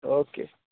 okay